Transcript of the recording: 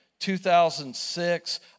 2006